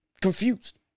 confused